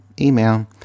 email